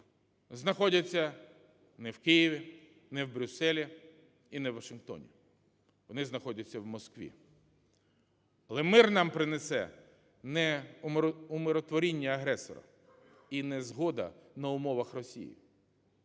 заходяться не в Києві, не в Брюсселі і не в Вашингтоні – вони знаходять у Москві. Але мир нам принесе не умиротворіння агресора і не згода на умовах Росії.